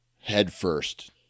headfirst